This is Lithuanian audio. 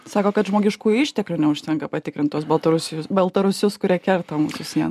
sako kad žmogiškųjų išteklių neužtenka patikrint tuos baltarusij baltarusius kurie kerta sieną